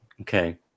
Okay